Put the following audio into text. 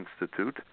institute